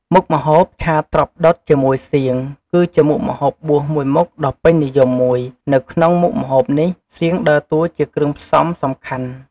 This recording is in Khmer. មុខម្ហូប ឆាត្រប់ដុតជាមួយសៀង គឺជាមុខម្ហូបបួសមូយមុខដ៏ពេញនិយមមួយ នៅក្នុងមុខម្ហូបនេះ សៀងដើរតួ ជាគ្រឿងផ្សំសំខាន់។